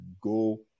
go